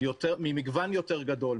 ממגוון יותר גדול,